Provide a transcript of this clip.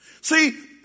See